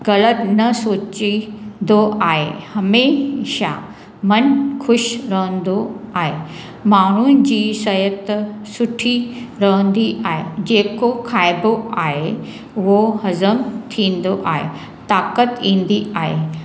ग़लति न सोचींदो आहे हमेशा मनु ख़ुशि रहंदो आहे माण्हुनि जी सिहत सुठी रहंदी आहे जेको खाइबो आहे उहो हज़मु थींदो आहे ताक़त ईंदी आहे